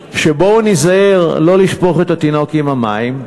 אמר שבואו ניזהר לא לשפוך את התינוק עם המים,